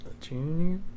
junior